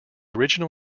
original